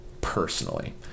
Personally